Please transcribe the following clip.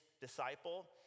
disciple